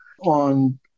on